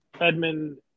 Edmund